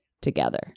together